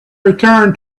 returned